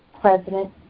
President